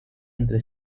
entre